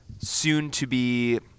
soon-to-be